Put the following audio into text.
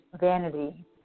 vanity